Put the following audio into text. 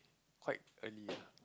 quite early